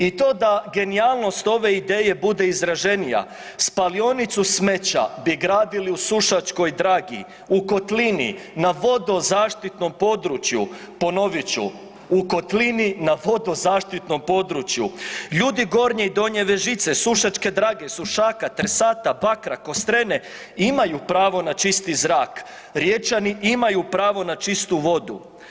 I to da genijalnost ove ideje bude izraženija spalionicu smeća bi gradili u Sušačkoj Dragi u kotlini na vodozaštitnom području, ponovit ću u kotlini na vodozaštitnom području, ljudi Gornje i Donje Vežice, Sušačke Drage, Sušaka, Trsata, Bakra, Kostrene imaju pravo na čisti zrak, Riječani imaju pravo na čistu vodu.